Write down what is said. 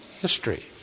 history